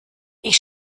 ich